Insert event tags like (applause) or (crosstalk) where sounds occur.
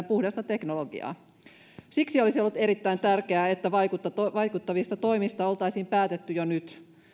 (unintelligible) puhdasta teknologiaa hyödyntäen siksi olisi ollut erittäin tärkeää että vaikuttavista vaikuttavista toimista oltaisiin päätetty jo nyt